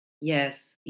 Yes